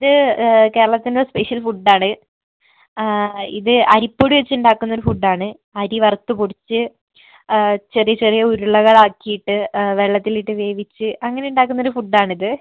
അത് കേരളത്തിൻ്റെ സ്പെഷ്യൽ ഫുഡാണ് ഇത് അരിപ്പൊടി വെച്ച് ഉണ്ടാക്കുന്ന ഒരു ഫുഡാണ് അരി വറുത്ത് പൊടിച്ച് ചെറിയ ചെറിയ ഉരുളകളാക്കിയിട്ട് വെള്ളത്തിലിട്ട് വേവിച്ച് അങ്ങനെ ഉണ്ടാക്കുന്ന ഒരു ഫുഡാണിത്